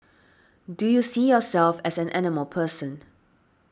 do you see yourself as an animal person